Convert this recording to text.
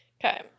okay